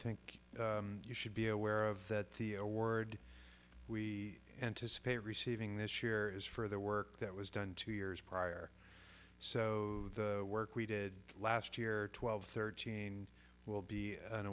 think you should be aware of the award we anticipate receiving this yours for the work that was done two years prior so the work we did last year twelve thirteen will be an